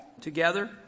together